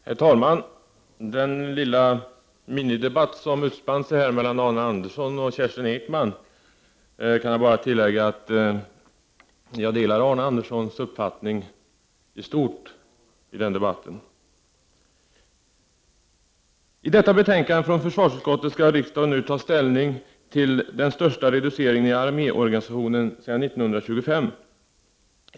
Herr talman! Beträffande den lilla minidebatt som utspann sig mellan Arne Andersson i Ljung och Kerstin Ekman kan jag bara tillägga att jag delar Arne Anderssons uppfattning i stort i detta sammanhang. I detta betänkande från försvarsutskottet skall riksdagen nu ta ställning till den största reduceringen i arméorganisationen sedan 1925.